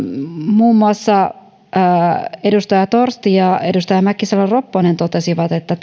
muun muassa edustaja torsti ja edustaja mäkisalo ropponen totesivat että